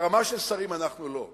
ברמה של שרים אנחנו לא.